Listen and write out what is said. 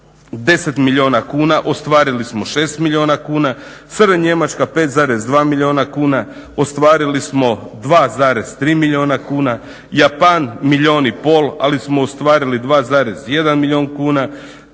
10 milijuna kuna, ostvarili smo 6 milijuna kuna, SR Njemačka 5,2 milijuna kuna, ostvarili smo 2,3 milijuna kuna, Japan milijun i pol ali smo ostvarili 2,1 milijun kuna,